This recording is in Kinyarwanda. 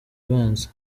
ibanza